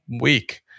week